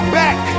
back